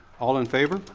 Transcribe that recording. all in favor?